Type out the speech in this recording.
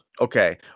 Okay